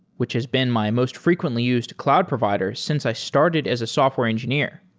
which has been my most frequently used cloud provider since i started as a software engineer.